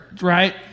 right